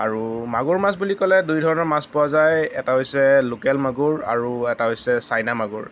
আৰু মাগুৰ মাছ বুলি ক'লে দুই ধৰণৰ মাছ পোৱা যায় এটা হৈছে লোকেল মাগুৰ আৰু এটা হৈছে চাইনা মাগুৰ